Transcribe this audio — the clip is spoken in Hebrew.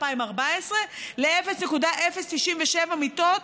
2014 ל-0.097 מיטות